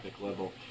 level